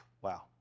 wow